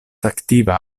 aktiva